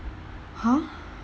!huh!